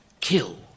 Kill